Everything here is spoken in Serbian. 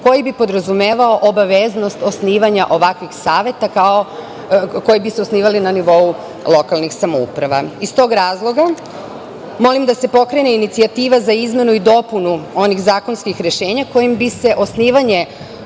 koji bi podrazumevao obaveznost osnivanja ovakvih saveta koji bi se osnivali na nivou lokalnih samouprava. Iz tog razloga molim da se pokrene inicijativa za izmenu i dopunu onih zakonskih rešenja kojim bi se osnivanje